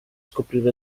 scoprire